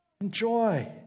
Enjoy